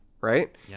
right